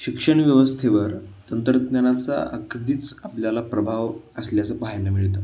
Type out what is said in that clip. शिक्षणव्यवस्थेवर तंत्रज्ञानाचा अगदीच आपल्याला प्रभाव असल्याचा पाहायला मिळतं